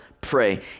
pray